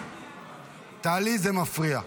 טלי, זה מפריע.